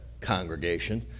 congregation